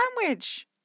sandwich